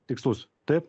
tikslus taip